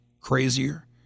crazier